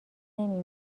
نمی